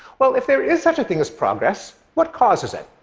well, if there is such a thing as progress, what causes it?